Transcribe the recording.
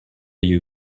you